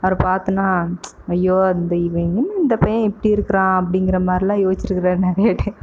அவரை பார்த்தின்னா ஐயோ இந்த இவன் என்ன இந்த பையன் இப்படி இருக்கிறான் அப்டிங்கிற மாதிரில்லாம் யோசிச்சுருக்குறேன் நிறைய டைம்